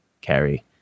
carry